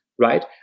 right